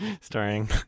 Starring